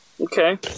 Okay